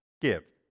give